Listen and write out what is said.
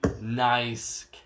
Nice